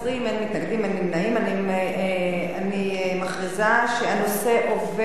אני מכריזה שהנושא עובר לוועדת החינוך